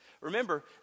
Remember